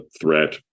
threat